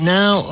now